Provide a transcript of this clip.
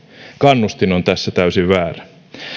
kannustin on tässä täysin väärä